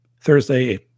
Thursday